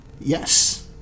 Yes